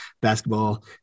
basketball